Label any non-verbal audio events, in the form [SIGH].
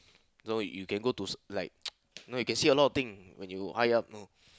so you can go to like [NOISE] know you can see a lot of thing when you high up know